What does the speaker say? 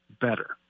better